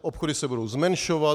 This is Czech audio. Obchody se budou zmenšovat.